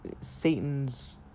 Satan's